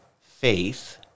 faith